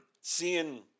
seeing